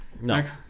no